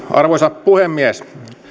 arvoisa puhemies